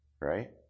Right